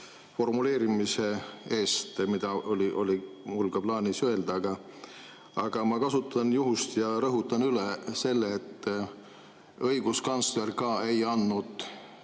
formuleerimise eest, mida oli mul ka plaanis öelda. Aga ma kasutan juhust ja rõhutan üle selle, et õiguskantsler ei andnud